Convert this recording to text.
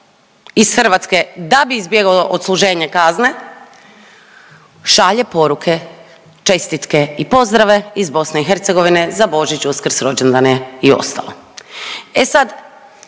iz Hrvatske da bi izbjegao odsluženje kazne, šalje poruke, čestitke i pozdrave iz BiH, za Božić, Uskrs, rođendane i ostalo.